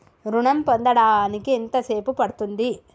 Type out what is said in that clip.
ఋణం పొందడానికి ఎంత సేపు పడ్తుంది?